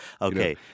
Okay